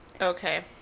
Okay